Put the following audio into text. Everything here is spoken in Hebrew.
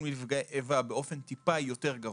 לנפגעי איבה באופן טיפה יותר גבוה,